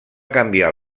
canviar